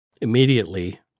Immediately